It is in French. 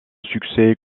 succès